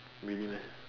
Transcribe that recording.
really meh